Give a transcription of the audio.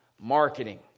Marketing